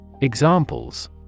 Examples